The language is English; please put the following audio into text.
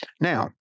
Now